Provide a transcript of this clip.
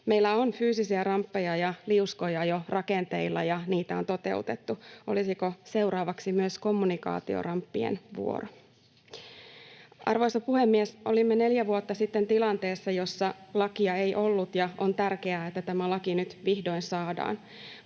Meillä on fyysisiä ramppeja ja liuskoja jo rakenteilla, ja niitä on toteutettu. Olisiko seuraavaksi myös kommunikaatioramppien vuoro? Arvoisa puhemies! Olimme neljä vuotta sitten tilanteessa, jossa lakia ei ollut, ja on tärkeää, että tämä laki nyt vihdoin saadaan,